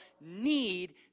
need